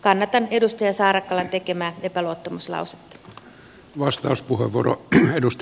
kannatan edustaja saarakkalan tekemää epäluottamuslausetta